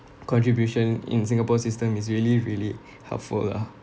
contribution in singapore system is really really helpful lah